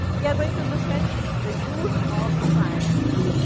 we are going to look at the use of silence,